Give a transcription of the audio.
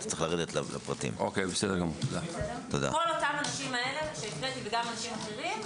וכל אותם אנשים אלה שהקראתי ואחרים,